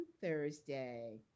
Thursday